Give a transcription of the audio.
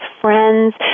friends